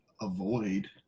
avoid